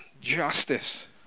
justice